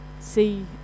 see